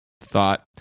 thought